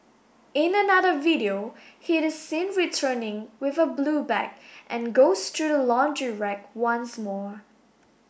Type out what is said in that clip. in another video he is seen returning with a blue bag and goes through the laundry rack once more